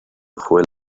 fue